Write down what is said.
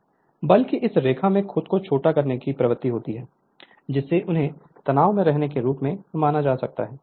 Refer Slide Time 3243 बल की इस रेखा में खुद को छोटा करने की प्रवृत्ति होती है जिससे उन्हें तनाव में रहने के रूप में माना जा सकता है